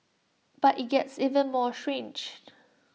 but IT gets even more strange